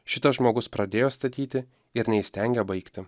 šitas žmogus pradėjo statyti ir neįstengia baigti